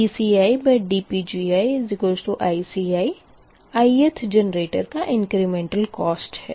dCidPgiICi ith generator का incremental cost है